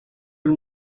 and